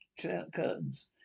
curtains